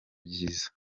byiza